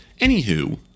Anywho